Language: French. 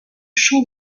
champs